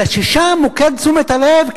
אלא ששם מוקד תשומת הלב,